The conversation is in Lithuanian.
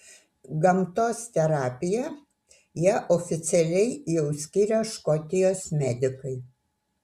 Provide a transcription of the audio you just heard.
gamtos terapija ją oficialiai jau skiria škotijos medikai